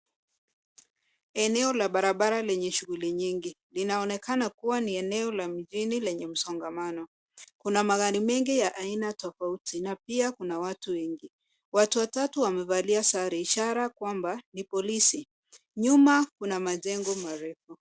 Eneo la barabara lenye shughuli nyingi. Linaonekana kuwa ni eneo la mjini lenye msongamano. Kuna magari mengi ya aina tofauti na pia kuna watu wengi. Watu watatu wamevalia sare ishara kwamba ni polisi. Nyuma kuna majengo marefu.